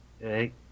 Hey